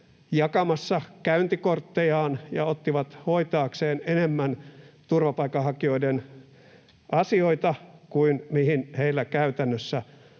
jakamassa käyntikorttejaan ja ottivat hoitaakseen enemmän turvapaikanhakijoiden asioita kuin mihin heillä käytännössä